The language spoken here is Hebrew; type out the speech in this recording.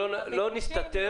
לא נסתתר